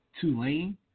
Tulane